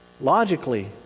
Logically